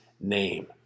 name